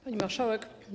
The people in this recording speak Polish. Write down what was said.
Pani Marszałek!